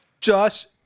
Josh